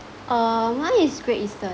uh mine is great eastern